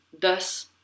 thus